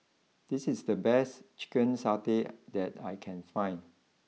this is the best Chicken Satay that I can find